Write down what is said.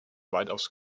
weitaus